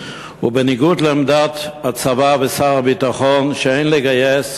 ובניגוד לעמדת הצבא ושר הביטחון שאין לגייס